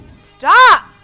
Stop